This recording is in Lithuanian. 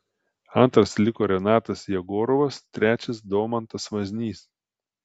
antras liko renatas jegorovas trečias domantas vaznys